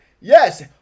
Yes